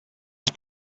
was